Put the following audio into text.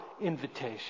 invitation